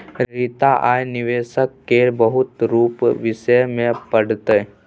रीता आय निबेशक केर बहुत रुपक विषय मे पढ़तै